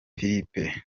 philippe